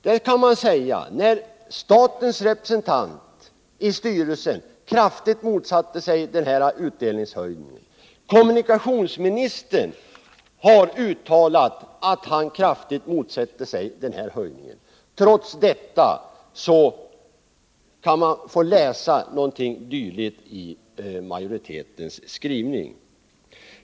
Det kan man säga när statens representanter i styrelsen kraftigt motsatte sig utdelningshöjningen! Kommunikationsministern har uttalat att han kraftigt motsätter sig höjningen. Trots detta kan man få läsa någonting dylikt i majoritetens skrivning.